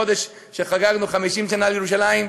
בחודש שחגגנו 50 שנה לירושלים.